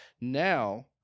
now